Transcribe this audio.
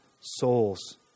souls